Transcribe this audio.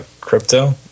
Crypto